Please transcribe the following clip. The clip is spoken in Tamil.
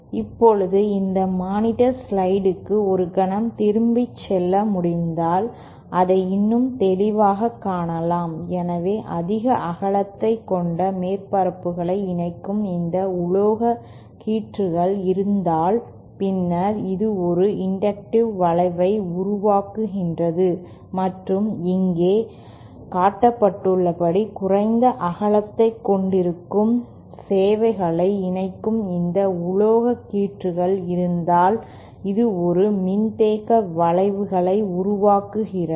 இப்போது இந்த மானிட்டர் ஸ்லைடிற்கு ஒரு கணம் திரும்பிச் செல்ல முடிந்தால் அதை இன்னும் தெளிவாக காணலாம் எனவே அதிக அகலத்தைக் கொண்ட மேற்பரப்புகளை இணைக்கும் இந்த உலோக கீற்றுகள் இருந்தால் பின்னர் இது ஒரு இன்டக்டிவ் விளைவை உருவாக்குகிறது மற்றும் இங்கே காட்டப்பட்டுள்ளபடி குறைந்த அகலத்தைக் கொண்டிருக்கும் சேவைகளை இணைக்கும் இந்த உலோக கீற்றுகள் இருந்தால் இது ஒரு மின்தேக்க விளைவை உருவாக்குகிறது